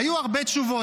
היו הרבה תשובות.